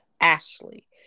Ashley